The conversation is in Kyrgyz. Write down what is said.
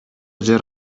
жер